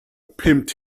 pimped